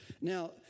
Now